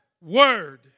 word